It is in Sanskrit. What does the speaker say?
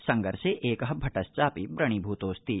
संघर्षे एक भटश्चापि व्रणीभूतोऽस्ति